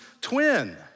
twin